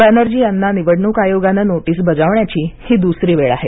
बॅनर्जी यांना निवडणूक आयोगानं नोटीस बजावण्याची ही दुसरी वेळ आहे